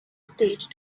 stage